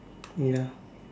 ya